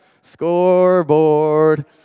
Scoreboard